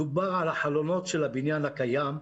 דובר על החלונות של הבניין הקיים.